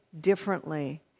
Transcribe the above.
differently